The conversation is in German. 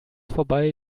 vorbei